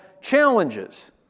challenges